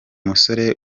musore